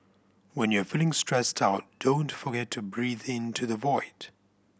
when you are feeling stressed out don't forget to breathe into the void